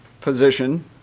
position